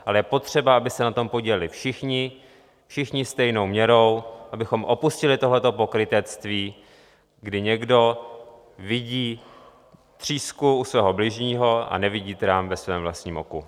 Ale je potřeba, aby se na tom podíleli všichni, všichni stejnou měrou, abychom opustili tohle pokrytectví, kdy někdo vidí třísku u svého bližního a nevidí trám ve svém vlastním oku.